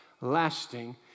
lasting